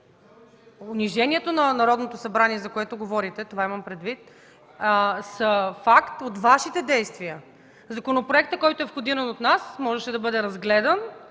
унижението на Народното събрание, за което говорите – това имам предвид, са факт от Вашите действия! Законопроектът, който е входиран от нас, можеше да бъде разгледан,